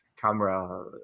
camera